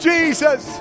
Jesus